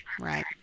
Right